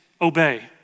obey